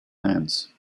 hands